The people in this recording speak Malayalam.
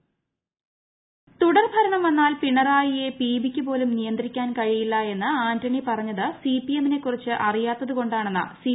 സീതാറാം യെച്ചൂരി തുടർ ഭരണം വന്നാൽ പിണറായിയെ പിബി ക്ക് പോലും നിയന്ത്രിക്കാൻ കഴിയില്ല എന്ന് ആന്റണി പറഞ്ഞത് സിപിഎം നെ ക്കുറിച്ച് അറിയാത്തത് കൊണ്ടാണെന്ന് സി